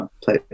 play